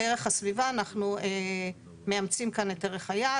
בערך הסביבה אנחנו מאמצים כאן את ערך היעד.